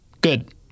Good